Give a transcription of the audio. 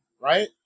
right